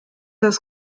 das